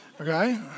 okay